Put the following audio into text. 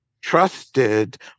trusted